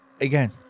again